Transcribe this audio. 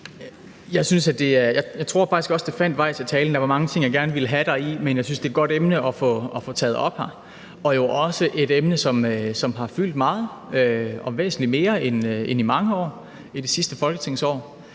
Jeg tror faktisk også, det fandt vej til talen. Der var mange ting, jeg gerne ville have haft med deri, men jeg synes, det er et godt emne at få taget op her, og jo også et emne, som har fyldt meget i det her folketingsår